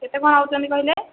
କେତେ କ'ଣ ନେଉଛନ୍ତି କହିଲେ